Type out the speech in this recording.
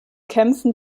kämpfen